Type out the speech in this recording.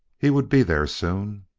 he would be there soon.